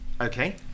Okay